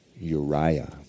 Uriah